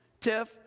Tiff